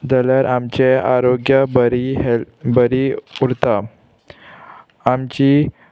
जाल्यार आमचे आरोग्य बरी हेल बरी उरता आमची